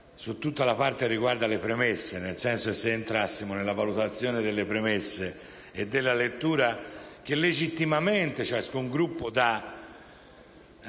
su tutta la parte che riguarda le presmesse, perché se entrassimo nella valutazione delle premesse e della lettura che legittimamente ciascun Gruppo dà